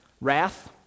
Wrath